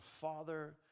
father